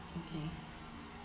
okay